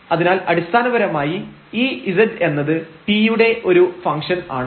അതിനാൽ അടിസ്ഥാനപരമായി ഈ z എന്നത് t യുടെ ഒരു ഫംഗ്ഷൻആണ്